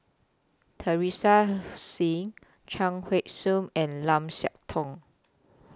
Teresa Hsu Chuang Hui Tsuan and Lim Siah Tong